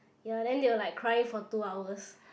ya then they will like cry for two hours